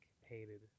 hated